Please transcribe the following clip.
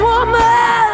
Woman